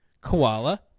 Koala